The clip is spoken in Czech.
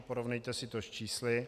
Porovnejte si to s čísly.